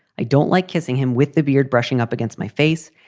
i don't like kissing him with the beard brushing up against my face.